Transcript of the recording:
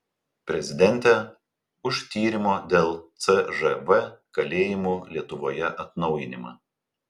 prezidentė už tyrimo dėl cžv kalėjimų lietuvoje atnaujinimą